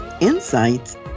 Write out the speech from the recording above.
insights